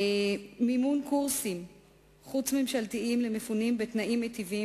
מימון קורסים חוץ-ממשלתיים למפונים בתנאים מיטיבים